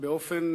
באופן